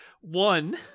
One